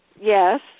Yes